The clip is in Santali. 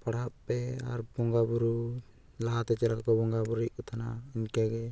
ᱯᱟᱲᱦᱟᱜ ᱯᱮ ᱟᱨ ᱵᱚᱸᱜᱟᱼᱵᱩᱨᱩ ᱞᱟᱦᱟᱛᱮ ᱪᱮᱫ ᱞᱮᱠᱟ ᱠᱚ ᱵᱚᱸᱜᱟᱼᱵᱩᱨᱩᱭᱮᱜ ᱠᱟᱱ ᱛᱟᱦᱮᱱᱟ ᱤᱱᱠᱟᱹᱜᱮ